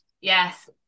Yes